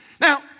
Now